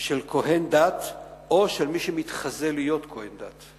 של כוהן דת או של מי שמתחזה להיות כוהן דת.